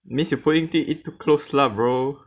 means you put it in too close lah bro